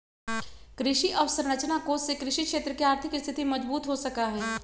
कृषि अवसरंचना कोष से कृषि क्षेत्र के आर्थिक स्थिति मजबूत हो सका हई